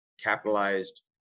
capitalized